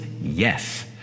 Yes